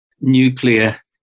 nuclear